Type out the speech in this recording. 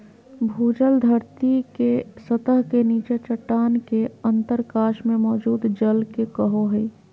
भूजल धरती के सतह के नीचे चट्टान के अंतरकाश में मौजूद जल के कहो हइ